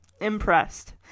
impressed